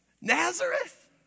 Nazareth